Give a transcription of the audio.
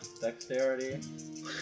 dexterity